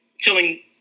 telling